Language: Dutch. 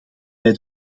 wij